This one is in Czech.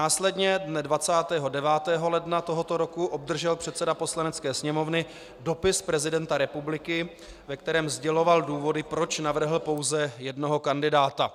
Následně dne 29. ledna tohoto roku obdržel předseda Poslanecké sněmovny dopis prezidenta republiky, ve kterém sděloval důvody, proč navrhl pouze jednoho kandidáta.